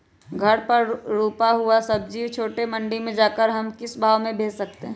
घर पर रूपा हुआ सब्जी छोटे मंडी में जाकर हम किस भाव में भेज सकते हैं?